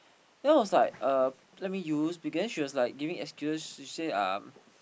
then I was like uh let me use but then she was like giving excuse she say um